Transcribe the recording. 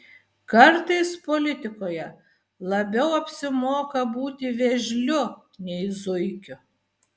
kartais politikoje labiau apsimoka būti vėžliu nei zuikiu